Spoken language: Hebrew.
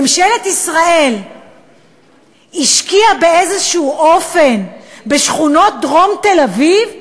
ממשלת ישראל השקיעה באיזשהו אופן בשכונות דרום תל-אביב?